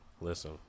Listen